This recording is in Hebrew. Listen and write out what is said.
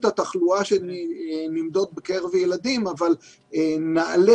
את התחלואה שנמדוד בקרב ילדים אבל נעלה,